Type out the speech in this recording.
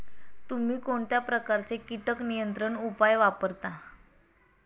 तुम्ही कोणत्या प्रकारचे कीटक नियंत्रण उपाय वापरता?